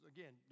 Again